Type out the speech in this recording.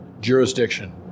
jurisdiction